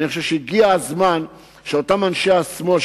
אני חושב שהגיע הזמן שאותם אנשי השמאל,